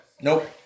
Nope